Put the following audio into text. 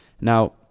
Now